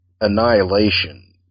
annihilation